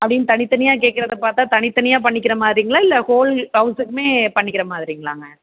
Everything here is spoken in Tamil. அப்படின்னு தனி தனியாக கேட்கறத பார்த்தா தனி தனியாக பண்ணிக்கிற மாதிரிங்களா இல்லை ஹோல் ஹவுஸுக்குமே பண்ணிக்கிற மாதிரிங்களாங்க